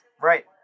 Right